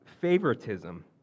favoritism